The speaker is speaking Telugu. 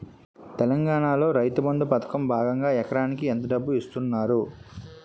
తెలంగాణలో రైతుబంధు పథకం భాగంగా ఎకరానికి ఎంత డబ్బు ఇస్తున్నారు?